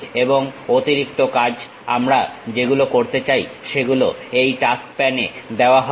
এবং অতিরিক্ত কাজ আমরা যেগুলো করতে চাই সেগুলো এই টাস্ক প্যান এ দেওয়া হবে